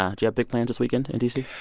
um you have big plans this weekend in d c?